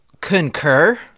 concur